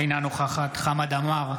אינה נוכחת חמד עמאר,